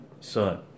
Son